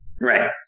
Right